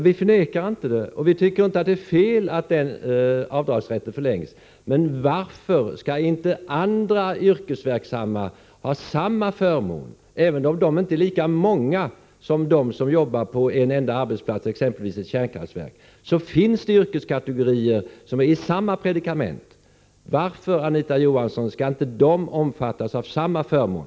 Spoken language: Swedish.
Vi förnekar inte detta, och vi tycker inte att det är fel att denna avdragsrätt förlängs, men varför skall inte andra yrkesverksamma ha samma förmån, även om de inte är lika många som de som arbetar på en enda arbetsplats, exempelvis ett kärnkraftverk? Det finns yrkeskategorier som är i samma predikament. Varför, Anita Johansson, skall inte de omfattas av samma förmån?